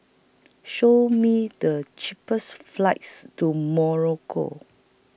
Show Me The cheapest flights to Morocco